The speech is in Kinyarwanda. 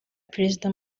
perezida